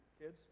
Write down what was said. kids